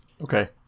Okay